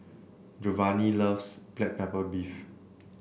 Jovanny loves Black Pepper Beef